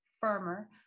firmer